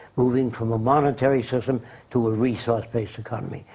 moving from a monetary system to a resource based economy.